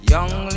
Young